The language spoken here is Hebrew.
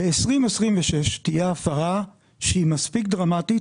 ב-2026 תהיה הפרה מספיק דרמטית